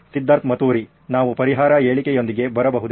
ಸಿದ್ಧಾರ್ಥ್ ಮತುರಿ ನಾವು ಪರಿಹಾರ ಹೇಳಿಕೆಯೊಂದಿಗೆ ಬರಬಹುದೇ